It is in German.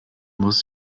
muss